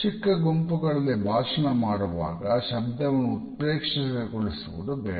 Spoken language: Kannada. ಚಿಕ್ಕ ಗುಂಪುಗಳಲ್ಲಿ ಭಾಷಣ ಮಾಡುವಾಗ ಶಬ್ದವನ್ನು ಉತ್ಪ್ರೇಕ್ಷೆಗೊಳಿಸುವುದು ಬೇಡ